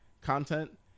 content